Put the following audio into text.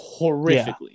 horrifically